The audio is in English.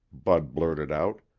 bud blurted out.